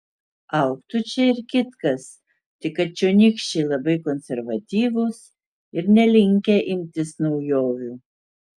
augtų čia ir kitkas tik kad čionykščiai labai konservatyvūs ir nelinkę imtis naujovių